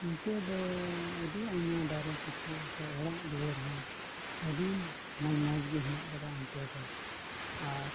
ᱚᱱᱛᱮ ᱫᱚ ᱟᱹᱰᱤ ᱟᱭᱢᱟ ᱫᱟᱨᱮ ᱠᱤᱪᱷᱩ ᱥᱮ ᱚᱲᱟᱜ ᱫᱩᱣᱟᱹᱨ ᱦᱚᱸ ᱟᱹᱰᱤ ᱢᱚᱡᱽ ᱢᱚᱡᱽᱜᱮ ᱦᱮᱱᱟᱜ ᱟᱠᱟᱫᱟ ᱚᱱᱛᱮ ᱫᱚ ᱟᱨ